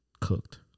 cooked